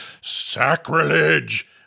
sacrilege